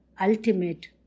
ultimate